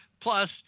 Plus